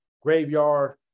graveyard